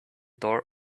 door